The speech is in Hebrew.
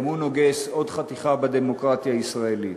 גם הוא נוגס עוד חתיכה בדמוקרטיה הישראלית.